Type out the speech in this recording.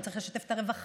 אם צריך לשתף את הרווחה,